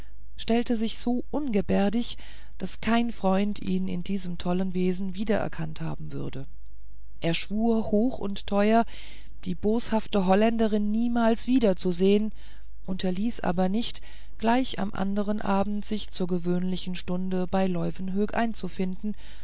stellte sich so ungebärdig daß kein freund ihn in diesem tollen wesen wiedererkannt haben würde er schwur hoch und teuer die boshafte holländerin niemals wiederzusehen unterließ aber nicht gleich am andern abend sich zur gewöhnlichen stunde bei leuwenhoek einzufinden